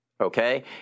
okay